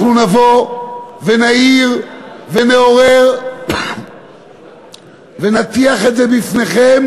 אנחנו נבוא ונעיר ונעורר ונטיח את זה בפניכם,